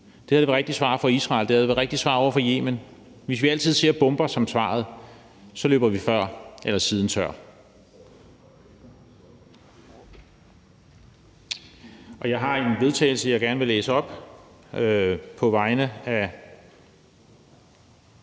Det havde været det rigtige svar fra Israel; det havde været det rigtige svar over for Yemen. Hvis vi altid ser bomber som svaret, løber vi før eller siden tør.